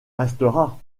restera